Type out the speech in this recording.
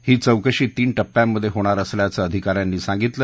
ही चौकशी तीन टप्प्यांमधे होणार असल्याचं आधिकाऱ्यांनी सांगितलं